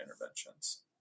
interventions